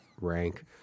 rank